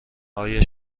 آیا